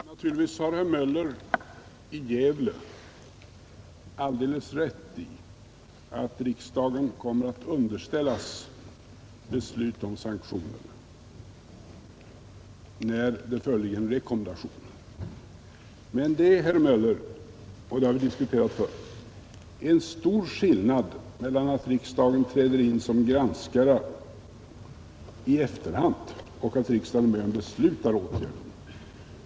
Herr talman! Naturligtvis har herr Möller i Gävle alldeles rätt i att riksdagen kommer att underställas beslut om sanktioner när det föreligger en rekommendation. Men det är, herr Möller, och det har vi diskuterat förr, en stor skillnad mellan att riksdagen träder in som granskare i efterhand och att riksdagen beslutar åtgärder.